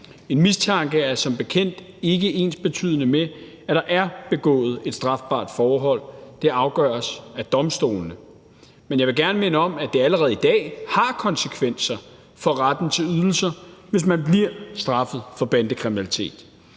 En mistanke er som bekendt ikke ensbetydende med, at der er begået et strafbart forhold – det afgøres af domstolene. Men jeg vil gerne minde om, at det allerede i dag har konsekvenser for retten til ydelser, hvis man bliver straffet for bandekriminalitet.